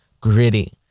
gritty